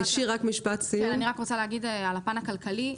אני רק רוצה להגיד על הפן הכלכלי,